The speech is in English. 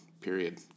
period